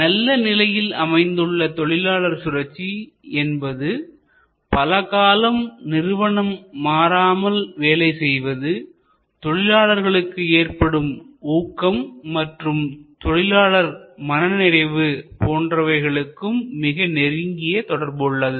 நல்ல நிலையில் அமைந்துள்ள தொழிலாளர் சுழற்சி முறை என்பது பலகாலம் நிறுவனம் மாறாமல் வேலை செய்வதுதொழிலாளர்களுக்கு ஏற்படும் ஊக்கம் மற்றும் தொழிலாளர் மனநிறைவு போன்றவைகளுக்கும் மிக நெருங்கிய தொடர்பு உள்ளது